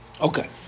Okay